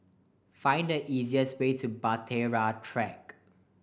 find the easiest way to Bahtera Track